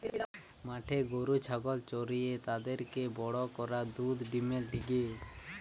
মাঠে গরু ছাগল চরিয়ে তাদেরকে বড় করা দুধ ডিমের লিগে